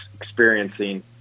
experiencing